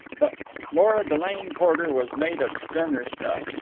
but lora delane porter was made of sterner stuff.